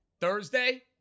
Thursday